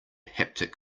haptic